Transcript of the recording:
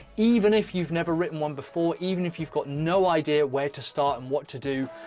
even if you've never written one before, even if you've got no idea where to start and what to do.